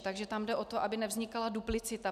Takže tam jde o to, aby nevznikala duplicita.